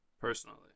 personally